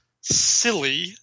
silly